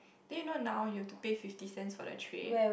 then you know now you have to pay fifty cents for the tray